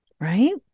Right